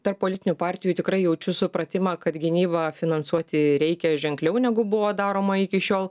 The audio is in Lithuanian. tarp politinių partijų tikrai jaučiu supratimą kad gynybą finansuoti reikia ženkliau negu buvo daroma iki šiol